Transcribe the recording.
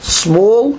small